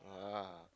ah